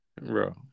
Bro